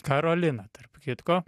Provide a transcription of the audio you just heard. karolina tarp kitko